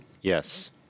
Yes